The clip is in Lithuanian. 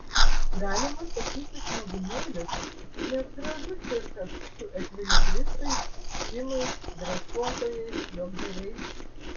galima sakyti smagumėlis nes gražu cirkas su ekvilibristais mimais dresuotojais juokdariais